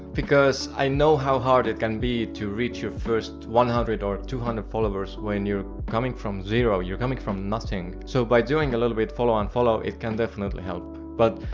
because i know how hard it can be to reach your first one hundred or two hundred followers when you're coming from zero, you're coming from nothing. so by doing a little bit follow-unfollow, it can definitely help. but,